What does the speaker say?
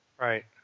Right